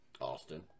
Austin